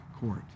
court